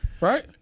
Right